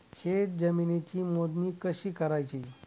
शेत जमिनीची मोजणी कशी करायची?